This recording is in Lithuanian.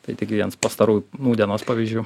tai tik viens pastarųjų nūdienos pavyzdžių